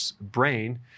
brain